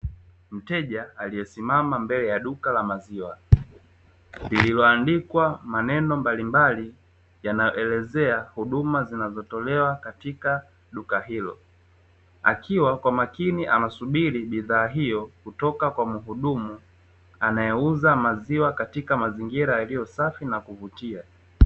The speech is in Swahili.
Mteja aliesimama mbele ya duka la maziwa lililoandikwa maneno mbalimbali yanayoelezea huduma zinazotolewa katika duka hilo, akiwa kwa makini anasubiri bidhaa hiyo kutoka kwa mhudumu anayeuza maziwa katika mazingira yaliyo safi na ya kuvutia.